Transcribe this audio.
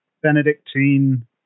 Benedictine